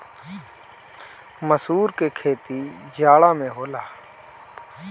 मसूर के खेती जाड़ा में होला